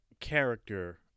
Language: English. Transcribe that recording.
character